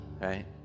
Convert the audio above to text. right